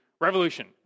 revolution